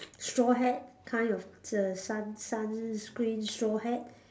straw hat kind of it's a sun sunscreen straw hat